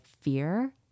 fear